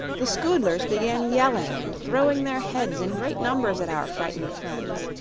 the scoodlers began yelling and throwing their heads in great numbers at our frightened friends.